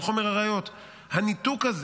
על חומר הראיות הניתוק הזה,